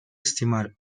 estimar